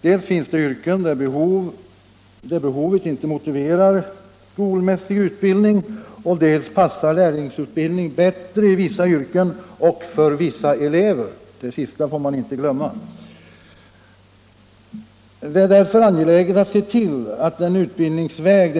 Dels finns det yrken där det inte är motiverat med skolmässig utbildning, dels passar lärlingsutbildning bättre i vissa yrken och för vissa elever — det sista får man inte glömma. Det är därför angeläget att se till att denna utbildningsväg